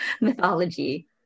mythology